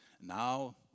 now